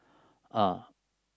uh